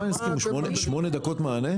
שמונה דקות מענה?